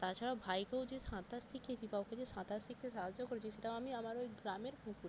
তাছাড়াও ভাইকেও যে সাঁতার শিখিয়েছি বা ওকে যে সাঁতার শিখতে সাহায্য করেছি সেটাও আমি আমার ওই গ্রামের পুকুরেই